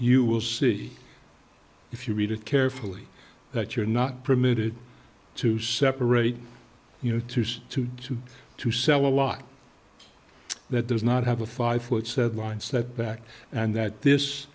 you will see if you read it carefully that you're not permitted to separate you know to to to sell a lot that does not have a five foot said line setback and that